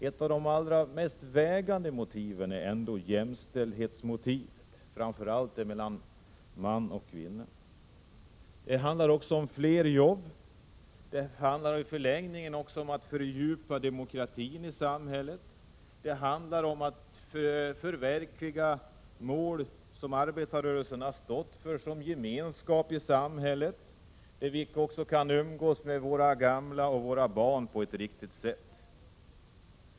Ett av de allra mest vägande motiven är att åstadkomma jämställdhet, framför allt mellan man och kvinna. Det handlar också om fler jobb och i förlängningen om att fördjupa demokratin i samhället. Det handlar om att förverkliga mål som arbetarrörelsen har stått för, såsom gemenskap i samhället, möjligheter att umgås med våra gamla och våra barn på ett riktigt sätt.